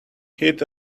hit